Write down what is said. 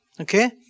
okay